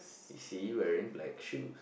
is he wearing black shoes